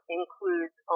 includes